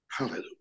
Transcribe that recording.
Hallelujah